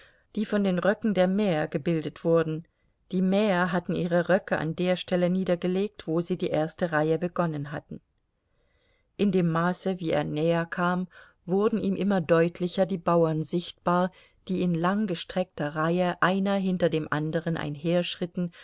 die von den röcken der mäher gebildet wurden die mäher hatten ihre röcke an der stelle niedergelegt wo sie die erste reihe begonnen hatten in dem maße wie er näher kam wurden ihm immer deutlicher die bauern sichtbar die in langgestreckter reihe einer hinter dem andern